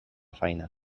feina